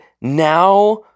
now